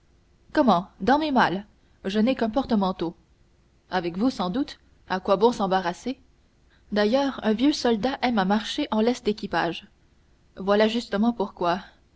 comment dans mes malles je n'ai qu'un portemanteau avec vous sans doute à quoi bon s'embarrasser d'ailleurs un vieux soldat aime à marcher en leste équipage voilà justement pourquoi